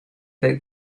that